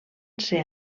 ser